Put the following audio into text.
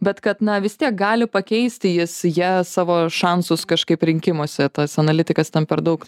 bet kad na vis tiek gali pakeisti jis ja savo šansus kažkaip rinkimuose tas analitikas tam per daug